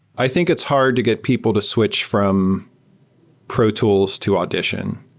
i think it's hard to get people to switch from pro tools to audition,